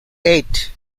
eight